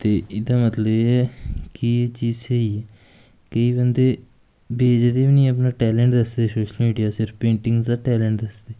ते एह्दा मतलब एह् ऐ कि एह् चीज स्हेई ऐ केईं बंदे बेचदे बी नी अपना टैलेंट दसदे सोशल मीडिया सिर्फ पेंटिंग दा टैलेंट दसदे